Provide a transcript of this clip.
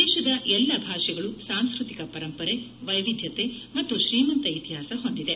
ದೇಶದ ಎಲ್ಲಾ ಭಾಷೆಗಳೂ ಸಾಂಸ್ಟ್ರತಿಕ ಪರಂಪರೆ ವೈವಿಧ್ವತೆ ಮತ್ತು ಶ್ರೀಮಂತ ಇತಿಹಾಸ ಹೊಂದಿದೆ